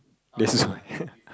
this is why